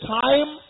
time